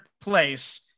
place